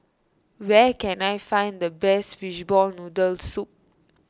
where can I find the best Fishball Noodle Soup